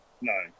No